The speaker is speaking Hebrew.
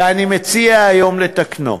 ואני מציע היום לתקנו.